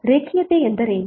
ರೇಖೀಯತೆ ಎಂದರೇನು